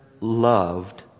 loved